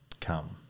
come